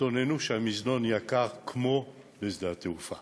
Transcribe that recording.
התלוננו שהמזנון יקר כמו בשדה התעופה,